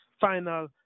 final